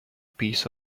piece